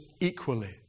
equally